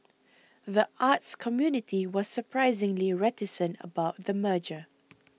the arts community was surprisingly reticent about the merger